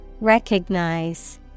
Recognize